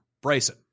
Bryson